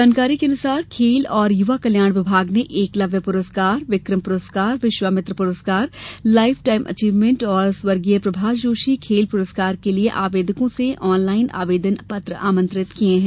जानकारी के अनुसार खेल और युवा कल्याण विभाग ने एकलव्य पुरस्कार विक्रम पुरस्कार विश्वामित्र पुरस्कार लाइफ टाईम एचीव्हमेंट और स्व प्रभाष जोशी खेल पुरस्कार के लिए आवेदकों से आनलाइन आवेदन पत्र आमंत्रित किया है